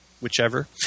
whichever